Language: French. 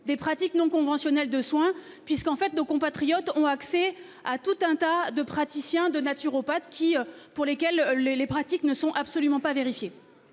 des pratiques non conventionnelles de soins puisqu'en fait, nos compatriotes ont accès à tout un tas de praticiens de naturopathe qui pour lesquels les les pratiques ne sont absolument pas vérifiées.